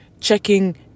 checking